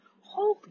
Holy